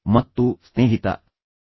ಮತ್ತು ಸ್ನೇಹಿತ ಏನು ಹೇಳುತ್ತಾನೆ